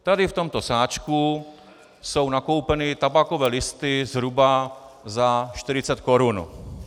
Tady v tomto sáčku jsou nakoupeny tabákové listy zhruba za 40 korun.